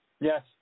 Yes